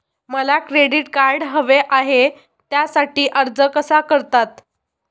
मला credit card हवे आहे त्यासाठी अर्ज कसा करतात?